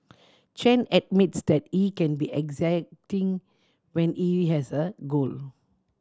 Chen admits that he can be exacting when he has a goal